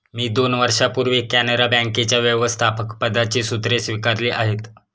मी दोन वर्षांपूर्वी कॅनरा बँकेच्या व्यवस्थापकपदाची सूत्रे स्वीकारली आहेत